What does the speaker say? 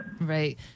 right